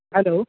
hello